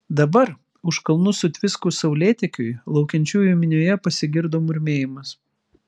dabar už kalnų sutviskus saulėtekiui laukiančiųjų minioje pasigirdo murmėjimas